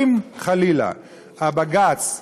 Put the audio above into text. אם חלילה הבג"ץ,